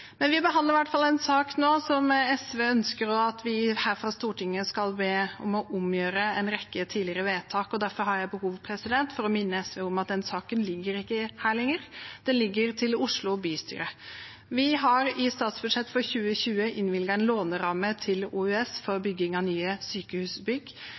Vi behandler i hvert fall en sak nå hvor SV ønsker at vi her fra Stortinget skal be om å omgjøre en rekke tidligere vedtak. Derfor har jeg behov for å minne SV om at denne saken ligger ikke her lenger, den ligger til Oslo bystyre. Vi har i statsbudsjettet for 2020 innvilget en låneramme til OUS for